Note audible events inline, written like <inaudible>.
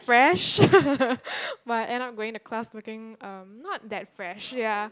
fresh <laughs> but I end up going to class looking um not that fresh ya